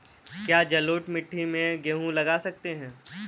क्या जलोढ़ मिट्टी में गेहूँ लगा सकते हैं?